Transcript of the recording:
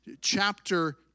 chapter